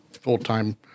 full-time